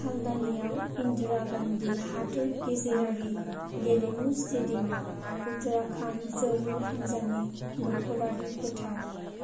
हल्द्वानीयाव इन्दिरा गान्धी हादोर गेजेरारि गेलेमु स्टेडियामा उत्तराखन्ड जोलुर हानजानि नखरारि फोथार